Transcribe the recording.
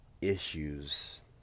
issues